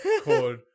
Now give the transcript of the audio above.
called